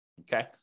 Okay